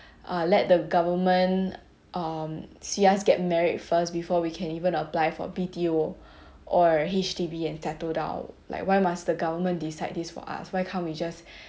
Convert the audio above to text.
uh let the government um see us get married first before we can even apply for B_T_O or H_D_B and settle down like why must the government decide this for us why can't we just